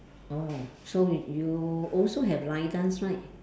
oh so you also have line dance right